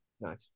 Nice